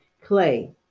clay